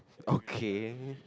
okay